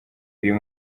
uyu